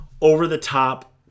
over-the-top